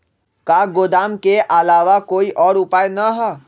का गोदाम के आलावा कोई और उपाय न ह?